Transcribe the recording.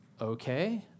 Okay